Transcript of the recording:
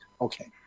Okay